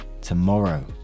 tomorrow